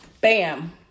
Bam